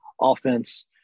offense